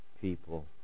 people